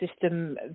system